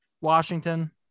Washington